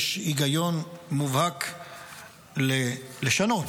יש היגיון מובהק לשנות,